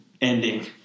ending